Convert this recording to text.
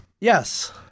Yes